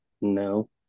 no